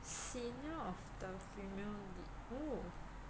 senior of the female oo